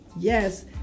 Yes